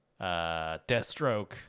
Deathstroke